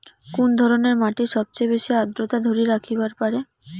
কুন ধরনের মাটি সবচেয়ে বেশি আর্দ্রতা ধরি রাখিবার পারে?